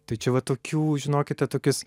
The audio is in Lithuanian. tai čia va tokių žinokite tokius